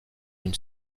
une